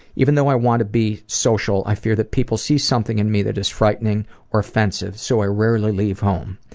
even though i want to be social, i fear that people see something in me that is frightening or offensive so i rarely leave home.